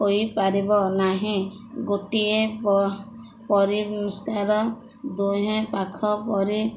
ହୋଇପାରିବ ନାହିଁ ଗୋଟିଏ ପରିମଷ୍କାର ଦୁହେଁ ପାଖ ପରି